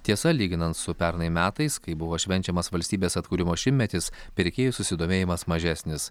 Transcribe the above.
tiesa lyginant su pernai metais kai buvo švenčiamas valstybės atkūrimo šimtmetis pirkėjų susidomėjimas mažesnis